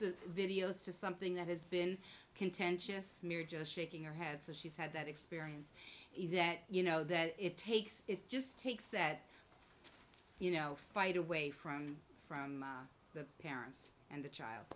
the videos to something that has been contentious near just shaking your head so she's had that experience he that you know that it takes it just takes that you know fight away from from the parents and the child